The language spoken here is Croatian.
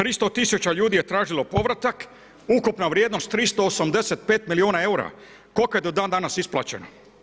300000 ljudi je tražilo povratak, ukupna vrijednost 385 milijuna eura, koliko je do dan danas isplaćeno?